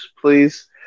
Please